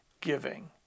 giving